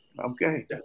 Okay